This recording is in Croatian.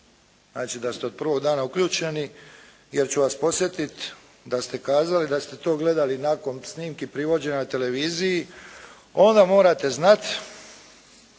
znači da ste od prvog dana uključeni jer ću vas podsjetiti da ste kazali da ste to gledali nakon snimki privođenja na televiziji onda morate znati